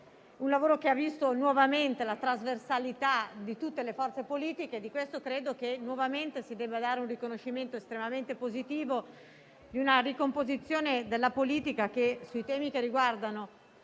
Il lavoro svolto ha visto nuovamente la trasversalità di tutte le forze politiche e credo che nuovamente si debba dare un riconoscimento estremamente positivo alla ricomposizione della politica che sui temi che riguardano